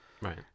right